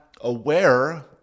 aware